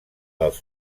dels